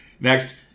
Next